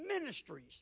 ministries